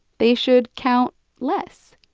they should count less.